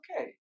okay